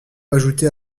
ajoutée